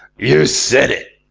you said it,